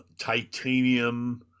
titanium